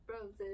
roses